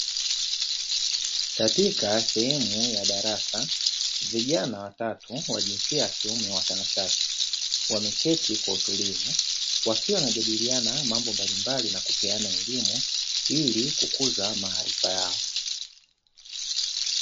Katika sehemu ya darasa vijana watatu wa jinsia ya kiume watanashati, wameketi kwa utulivu wakiwa wanajadiliana mambo mablimbali na kupewa elimu ili kukuza maarifa yao.